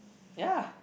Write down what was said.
ya